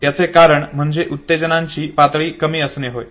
याचे कारण म्हणजे उत्तेजनाची पातळी कमी असणे होय